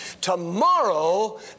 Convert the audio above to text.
Tomorrow